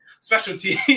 specialty